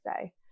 say